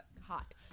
hot